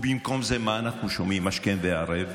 במקום זה מה אנחנו שומעים השכם וערב?